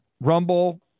Rumble